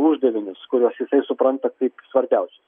uždavinius kuriuos jis supranta kaip svarbiausius